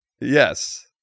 Yes